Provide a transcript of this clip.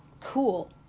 cool